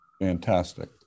Fantastic